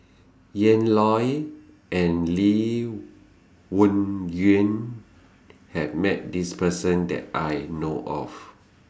Ian Loy and Lee Wung Yew has Met This Person that I know of